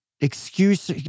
excuse